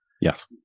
Yes